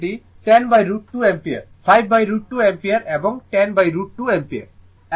সুতরাং এটি 10√ 2 অ্যাম্পিয়ার 5√ 2 অ্যাম্পিয়ারএবং 10√ 2 অ্যাম্পিয়ার